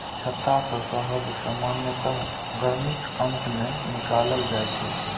छत्ता सं शहद सामान्यतः गर्मीक अंत मे निकालल जाइ छै